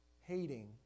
Hating